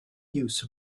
use